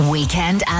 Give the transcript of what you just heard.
Weekend